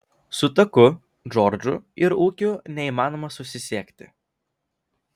su taku džordžu ir ūkiu neįmanoma susisiekti